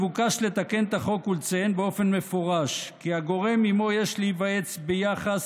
מתבקש לתקן את החוק ולציין במפורש כי הגורם שעימו יש להיוועץ ביחס